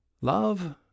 Love